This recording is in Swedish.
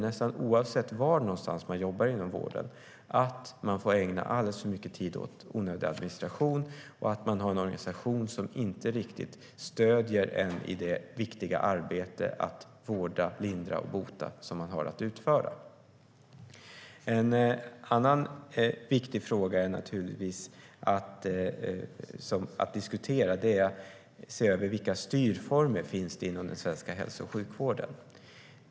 Nästan oavsett var i vården man jobbar upplever man att man får ägna alldeles för mycket tid åt onödig administration och har en organisation som inte riktigt stöder en i det viktiga arbete att vårda, lindra och bota som man har att utföra. En annan viktig fråga att diskutera är naturligtvis vilka styrformer det finns inom den svenska hälso och sjukvården.